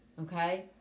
okay